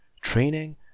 training